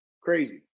Crazy